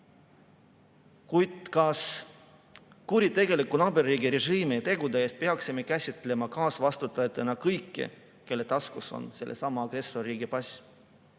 Kuid kas kuritegeliku naaberriigi režiimi tegude eest peaksime käsitlema kaasvastutajatena kõiki, kelle taskus on sellesama agressorriigi pass?